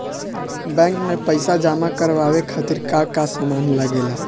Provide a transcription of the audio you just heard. Bank में पईसा जमा करवाये खातिर का का सामान लगेला?